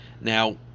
Now